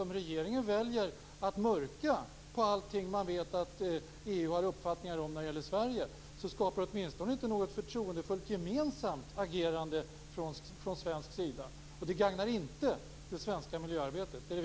Om regeringen väljer att mörka allt där EU har en uppfattning om Sverige, skapar det inte något förtroendefullt gemensamt agerande från svensk sida. Det gagnar inte det svenska miljöarbetet.